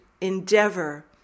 endeavor